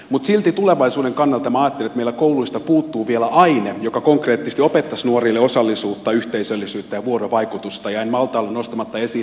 mutta silti tulevaisuuden kannalta minä ajattelen että meillä kouluista puuttuu vielä aine joka konkreettisesti opettaisi nuorille osallisuutta yhteisöllisyyttä ja vuorovaikutusta ja en malta olla nostamatta esiin draamakasvatusainetta